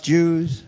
Jews